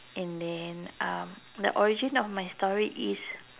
and then um the origin of my story is